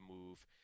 move